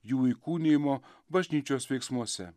jų įkūnijimo bažnyčios veiksmuose